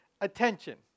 attention